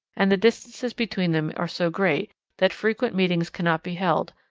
and the distances between them are so great that frequent meetings cannot be held,